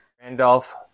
Randolph